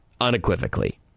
unequivocally